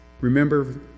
Remember